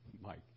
Mike